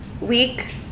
week